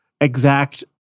exact